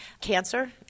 cancer